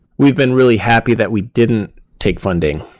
we've been really happy that we didn't take funding,